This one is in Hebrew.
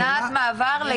שנת מעבר.